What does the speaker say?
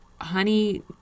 Honey